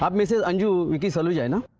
um mrs. anju vicky saluja, and